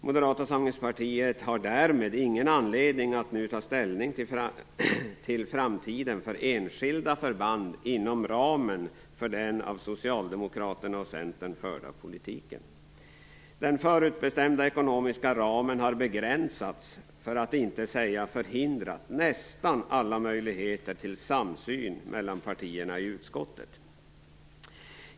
Moderata samlingspartiet har därmed ingen anledning att nu ta ställning till framtiden för enskilda förband inom ramen för den av Socialdemokraterna och Centern förda politiken. Den förutbestämda ekonomiska ramen har begränsat, för att inte säga förhindrat, nästan alla möjligheter till samsyn mellan partierna i utskottet.